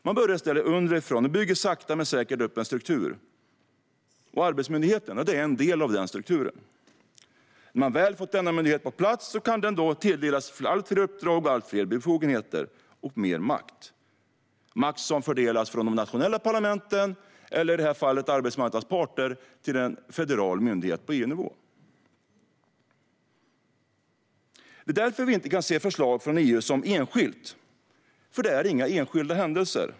Man börjar i stället underifrån och bygger sakta men säkert upp en struktur. Och arbetsmyndigheten är en del av den strukturen. När man väl har fått denna myndighet på plats kan den tilldelas allt fler uppdrag, allt fler befogenheter och mer makt - makt som fördelas från de nationella parlamenten, eller i detta fall arbetsmarknadens parter, till en federal myndighet på EU-nivå. Det är därför vi inte kan se varje förslag från EU som enskilt. För det är inte enskilda händelser.